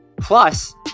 Plus